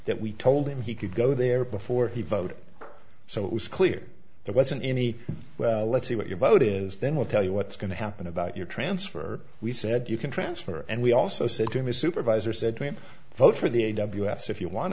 that we told him he could go there before he voted so it was clear there wasn't any well let's see what your vote is then we'll tell you what's going to happen about your transfer we said you can transfer and we also said to him a supervisor said vote for the aid of us if you want